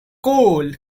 cool